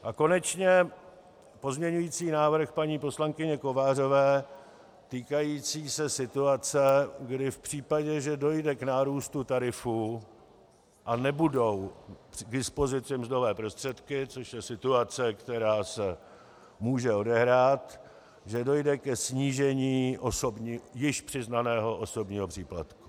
A konečně pozměňovací návrh paní poslankyně Kovářové, týkající se situace, kdy v případě, že dojde k nárůstu tarifů a nebudou k dispozici mzdové prostředky, což je situace, která se může odehrát, dojde ke snížení již přiznaného osobního příplatku.